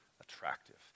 attractive